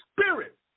spirit